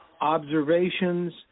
observations